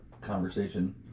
conversation